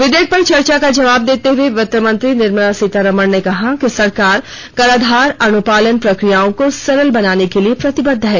विधेयक पर चर्चा का जवाब देते हुए वित्त मंत्री निर्मला सीतारामन ने कहा कि सरकार कराधान अनुपालन प्रक्रियाओं को सरल बनाने के लिए प्रतिबद्द है